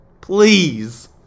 Please